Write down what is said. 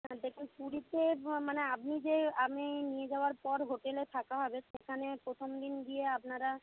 হ্যাঁ দেখুন পুরীতে মানে আপনি যে আপনি নিয়ে যাওয়ার পর হোটেলে থাকা হবে সেখানে প্রথম দিন গিয়ে আপনারা